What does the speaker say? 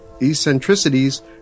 eccentricities